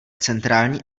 centrální